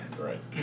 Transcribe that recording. Right